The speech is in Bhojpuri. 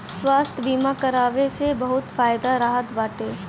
स्वास्थ्य बीमा करवाए से बहुते फायदा रहत बाटे